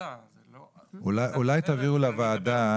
אולי תעבירו לוועדה,